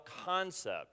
concept